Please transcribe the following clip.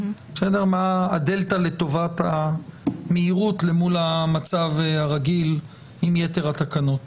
מה הדלתא לטובת המהירות אל מול המצב הרגיל עם יתר התקנות.